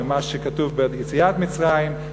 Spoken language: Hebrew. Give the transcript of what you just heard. במה שכתוב ביציאת מצרים,